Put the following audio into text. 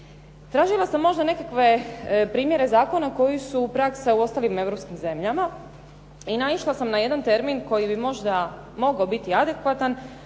Tražila sam možda nekakve primjere zakona koji su praksa u ostalim europskim zemljama, i naišla sam na jedan termin koji bi možda mogao biti adekvatan,